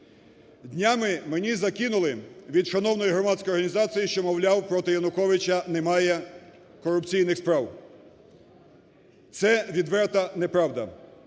Днями мені закинули від шановної громадської організації, що, мовляв, проти Януковича немає корупційних справ. Це відверта неправда.